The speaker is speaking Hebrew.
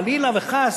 חלילה וחס,